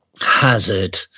hazard